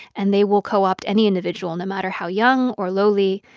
and they will co-opt any individual no matter how young or lowly,